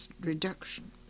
reduction